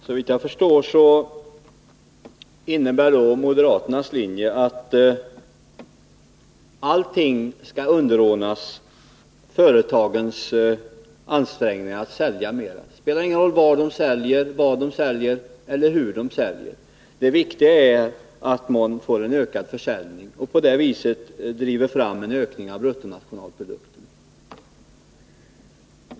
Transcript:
Herr talman! Såvitt jag förstår innebär moderaternas linje då att allting skall underordnas företagens ansträngningar att sälja mera. Det spelar ingen roll vad de säljer eller hur de säljer; det viktiga är att någon får en ökad försäljning och på det viset driver fram en ökning av bruttonationalprodukten.